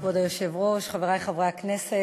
כבוד היושב-ראש, תודה רבה, חברי חברי הכנסת,